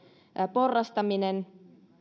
porrastaminen